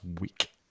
week